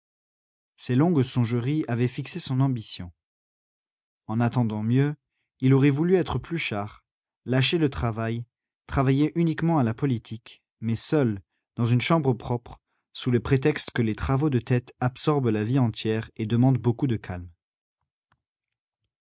ses longues songeries avaient fixé son ambition en attendant mieux il aurait voulu être pluchart lâcher le travail travailler uniquement à la politique mais seul dans une chambre propre sous le prétexte que les travaux de tête absorbent la vie entière et demandent beaucoup de calme